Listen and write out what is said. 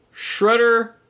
Shredder